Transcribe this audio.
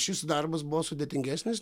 šis darbas buvo sudėtingesnis